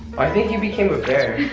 i think he became a bear.